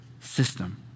system